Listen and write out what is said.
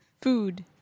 food